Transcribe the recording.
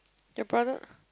the brother